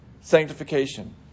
sanctification